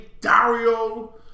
Dario